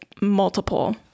multiple